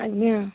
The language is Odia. ଆଜ୍ଞା